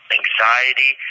anxiety